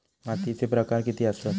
मातीचे प्रकार किती आसत?